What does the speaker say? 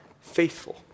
faithful